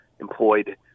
employed